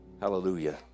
Hallelujah